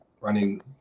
running